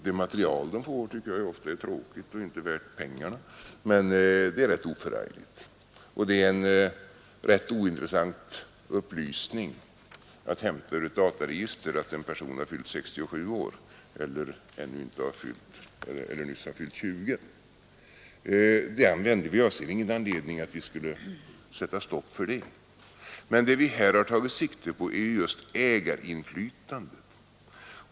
Det material vederbörande får tycker jag ju ofta är tråkigt och inte värt pengarna. Men det är som sagt rätt oförargligt, och det är en rätt ointressant upplysning att hämta ur dataregister att en person har fyllt 67 år eller nyss har fyllt 20. Det använder vi oss av, och jag ser ingen anledning att vi skulle sätta stopp för det. Men det vi här tagit sikte på är just ägarinflytandet.